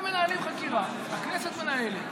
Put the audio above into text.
הם מנהלים חקירה, הכנסת מנהלת.